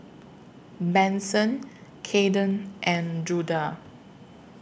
Manson Cayden and Judah